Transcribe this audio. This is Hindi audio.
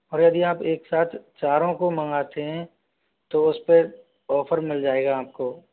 और यदि आप एक साथ चारों को मंगाते है तो उसपे ऑफर मिल जाएगा आपको